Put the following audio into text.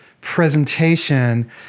presentation